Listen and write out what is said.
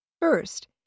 First